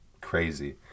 crazy